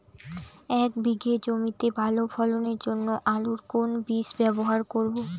এক বিঘে জমিতে ভালো ফলনের জন্য আলুর কোন বীজ ব্যবহার করব?